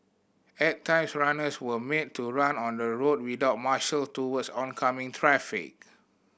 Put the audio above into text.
at times runners were made to run on the road without marshal towards oncoming traffic